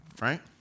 Right